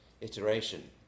iteration